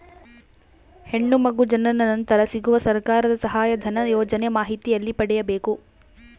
ಹೆಣ್ಣು ಮಗು ಜನನ ನಂತರ ಸಿಗುವ ಸರ್ಕಾರದ ಸಹಾಯಧನ ಯೋಜನೆ ಮಾಹಿತಿ ಎಲ್ಲಿ ಪಡೆಯಬೇಕು?